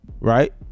Right